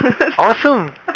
Awesome